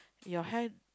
your hair